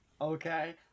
Okay